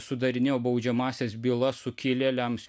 sudarinėjo baudžiamąsias bylas sukilėliams